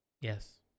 Yes